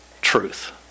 truth